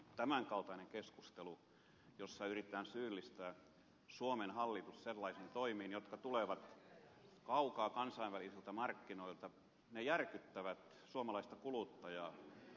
tämänkaltaiset keskustelut joissa yritetään syyllistää suomen hallitusta sellaisista toimista jotka tulevat kaukaa kansainvälisiltä markkinoilta järkyttävät suomalaista kuluttajaa